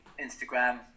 Instagram